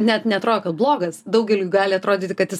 net neatrodo kad blogas daugeliui gali atrodyti kad jis